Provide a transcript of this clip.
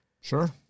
Sure